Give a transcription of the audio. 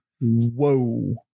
whoa